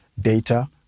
data